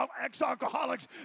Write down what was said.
ex-alcoholics